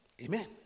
amen